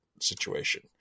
situation